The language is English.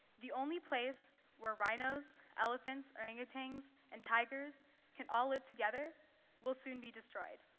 the only place where rhinos, elephants, orangutans, and tigers can all live together will soon be destroyed.